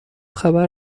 خبر